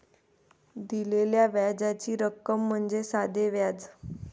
दिलेल्या व्याजाची रक्कम म्हणजे साधे व्याज